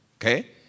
Okay